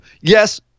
Yes